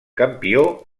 campió